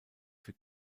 für